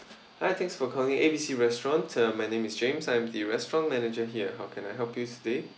hi thanks for calling A B C restaurant uh my name is james I'm the restaurant manager here how can I help you stay